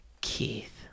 Keith